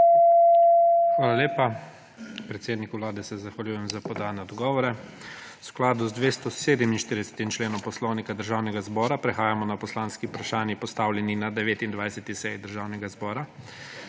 Hvala lepa. Predsedniku Vlade se zahvaljujem za podane odgovore. V skladu z 247. členom Poslovnika Državnega zbora prehajamo na poslanski vprašanji, postavljeni na 29. seji Državnega zbora.